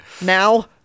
now